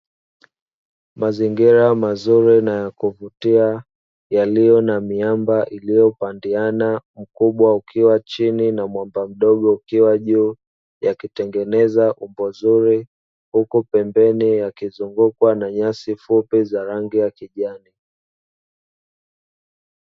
Mazingira mazuri na yakuvutia yaliyo na miamba iliyopandiana, mkubwa ukiwa chini na mwamba mdogo ukiwa juu, yakitengeneza umbo zuri. Huku pembeni yakizungukwa na nyasi fupi za rangi ya kijani.